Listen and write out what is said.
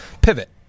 pivot